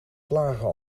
klagen